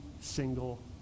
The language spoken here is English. single